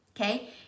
Okay